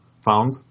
found